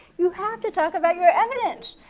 you have to talk about your evidence.